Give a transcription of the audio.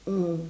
mm